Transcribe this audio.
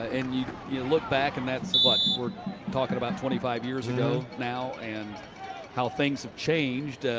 and you you look back and that's, what, we're talking about twenty five years ago now. and how things have changed.